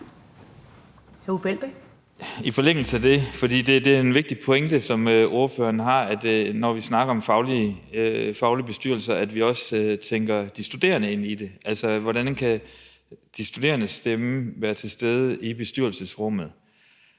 Hr. Uffe Elbæk. Kl. 20:08 Uffe Elbæk (UFG): Det er en vigtig pointe, som ordføreren har, om, at vi, når vi snakker om faglige bestyrelser, også skal tænke de studerende ind i det og se på, hvordan de studerendes stemme kan være til stede i bestyrelseslokalet.